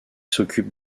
s’occupe